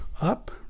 up